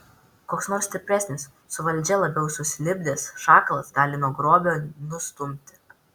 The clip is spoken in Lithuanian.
koks nors stipresnis su valdžia labiau susilipdęs šakalas gali nuo grobio nustumti